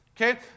Okay